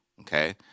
Okay